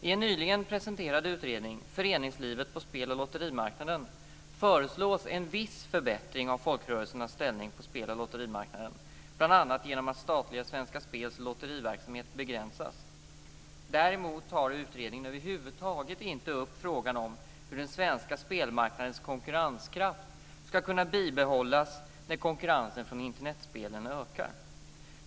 I en nyligen presenterad utredning, Föreningslivet på spel och lotterimarknaden, föreslås en viss förbättring av folkrörelsernas ställning på spel och lotterimarknaden, bl.a. genom att statliga Svenska Spels lotteriverksamhet begränsas. Däremot tar utredningen över huvud taget inte upp frågan om hur den svenska spelmarknadens konkurrenskraft ska kunna bibehållas när konkurrensen från Internetspelen ökar.